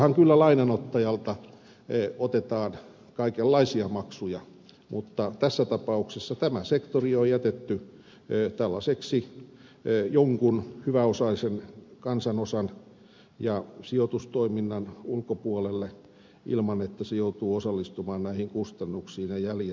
pankissahan kyllä lainanottajalta otetaan kaikenlaisia maksuja mutta tässä tapauksessa tämä sektori on jätetty tällaiseksi jonkun hyväosaisen kansanosan ja sijoitustoiminnan ulkopuolelle ilman että se joutuu osallistumaan näihin kustannuksiin ja jäljet näkyvät